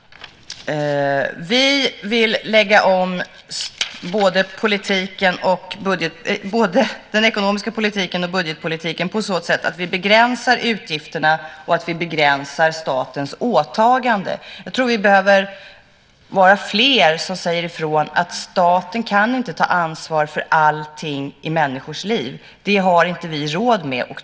Vi vill lägga om både den ekonomiska politiken och budgetpolitiken på sådant sätt att vi begränsar utgifterna och statens åtagande. Jag tror att vi behöver vara fler som säger ifrån att staten inte kan ta ansvar för allting i människors liv. Det har vi inte råd med.